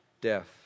death